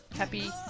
Happy